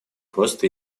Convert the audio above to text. просто